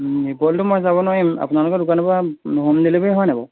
নিবলেতো মই যাব নোৱাৰিম আপোনালোকৰ দোকানৰ পৰা হোম ডেলিভাৰী হয়নে বাৰু